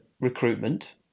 recruitment